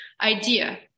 idea